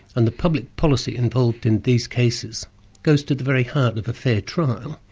and the public policy involved in these cases goes to the very heart of a fair trial.